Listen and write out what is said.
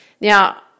Now